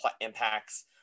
impacts